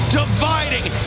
dividing